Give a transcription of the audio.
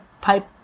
pipe